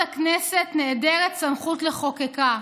בהיות הכנסת נעדרת סמכות לחוקקה.